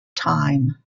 time